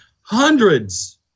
Hundreds